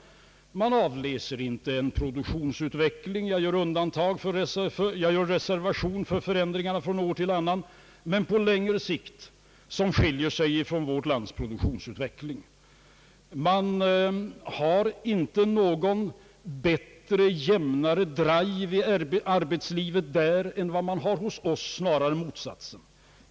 Jag gör en reservation för smärre variationer år från år, men på längre sikt avläser man en produktionsutveckling i dessa länder, som inte skiljer sig från vårt lands. Man har inte någon bättre och jämnare drive i arbetslivet där än man har hos oss, snarare motsatsen.